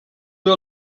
wir